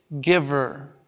giver